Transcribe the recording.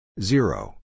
Zero